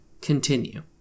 Continue